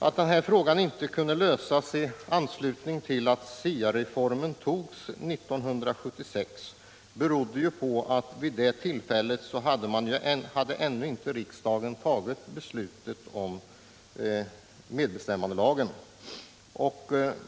Att frågan inte kunde lösas i anslutning till att STIA-reformen antogs 1976 berodde på att riksdagen vid det tillfället ännu inte fattat beslutet om medbestämmandelagen.